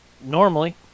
Normally